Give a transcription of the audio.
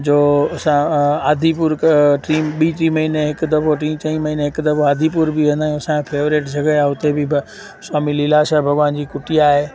जो असां आदिपुर ॿीं टीं महिने हिक दफ़ो टीं चईं महिने हिक दफ़ो आदिपुर बि वेंदा आहियूं असांजी फ़ेवरेट जॻहि आहे उते बि स्वामी लीलाशाह भॻवान जी कुटिया आहे